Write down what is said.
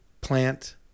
plant